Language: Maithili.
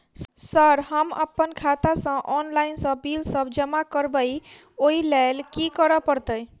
सर हम अप्पन खाता सऽ ऑनलाइन सऽ बिल सब जमा करबैई ओई लैल की करऽ परतै?